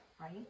right